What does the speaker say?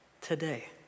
today